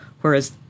whereas